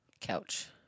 Couch